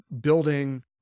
building